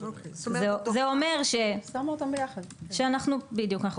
היא שמה אותם ביחד, את המועדים ביחד.